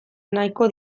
nahiko